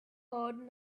heard